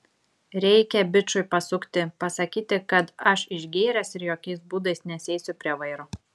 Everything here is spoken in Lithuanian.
reikia bičui pasukti pasakyti kad aš išgėręs ir jokiais būdais nesėsiu prie vairo